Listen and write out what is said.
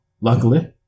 Luckily